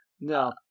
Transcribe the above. No